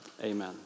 amen